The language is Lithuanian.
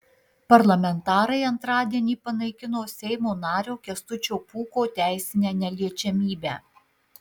parlamentarai antradienį panaikino seimo nario kęstučio pūko teisinę neliečiamybę